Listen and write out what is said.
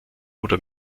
oder